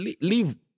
Leave